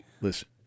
Listen